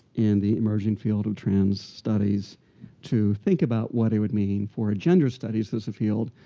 in the emerging field of trans studies to think about what it would mean for gender studies, as a field,